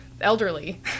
elderly